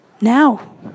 Now